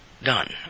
Done